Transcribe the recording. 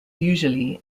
usually